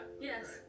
Yes